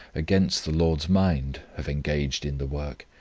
against the lord's mind, have engaged in the work.